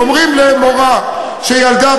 אומרים למורה שילדה,